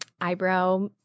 eyebrow